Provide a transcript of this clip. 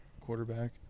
quarterback